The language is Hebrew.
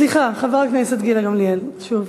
סליחה, חברת הכנסת גילה גמליאל, שוב.